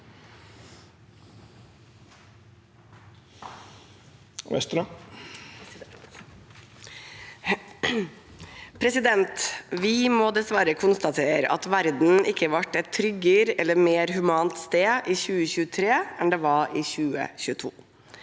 Vi må dessverre kon- statere at verden ikke ble et tryggere eller mer humant sted i 2023 enn den var i 2022.